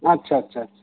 ᱟᱪ ᱪᱷᱟ ᱪᱷᱟ